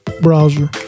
browser